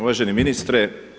Uvaženi ministre.